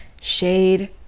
shade